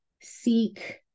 seek